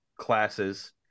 classes